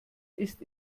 ist